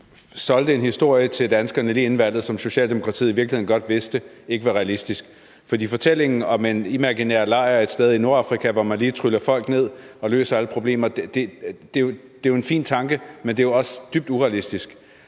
solgte en historie til danskerne, som Socialdemokratiet i virkeligheden godt vidste ikke var realistisk. For fortællingen om en imaginær lejr et sted i Nordafrika, hvor man lige tryller folk ned og dermed løser alle problemer, er jo dybt urealistisk,